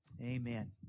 Amen